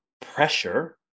pressure